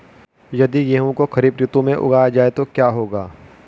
यदि गेहूँ को खरीफ ऋतु में उगाया जाए तो क्या होगा?